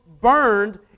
burned